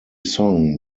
song